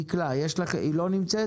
דקלה לא נמצאת